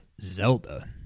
Zelda